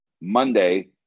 Monday